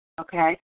okay